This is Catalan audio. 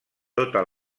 tota